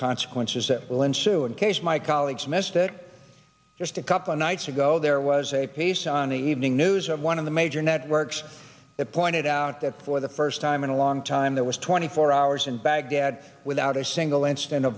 consequences that will ensue in case my colleagues missed it just a couple nights ago there was a piece on the evening news of one of the major networks that pointed out that for the first time in a long time there was twenty four hours in baghdad without a single incident of